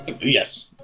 Yes